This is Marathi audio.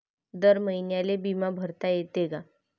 दर महिन्याले बिमा भरता येते का?